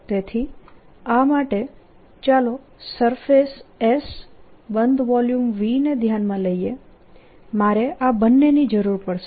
તેથી આ માટે ચાલો સરફેસ S બંધ વોલ્યુમ V ને ધ્યાનમાં લઈએ મારે આ બંનેની જરૂર પડશે